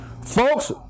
Folks